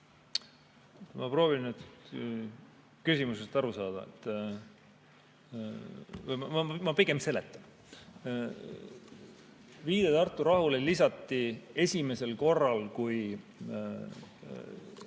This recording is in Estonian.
Ma proovin nüüd küsimusest aru saada ... Aga ma pigem seletan. Viide Tartu rahule lisati esimesel korral, kui